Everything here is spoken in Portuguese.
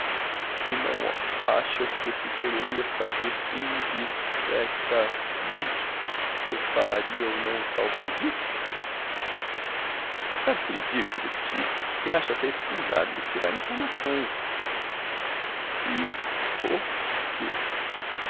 e não achas que se poderia saber indi recta mente se eu faria ou não o tal pedido sabe o que lhe digo querido tio que acho até escusado ir tirar informações e por quê por que